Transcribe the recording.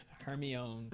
Hermione